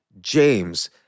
James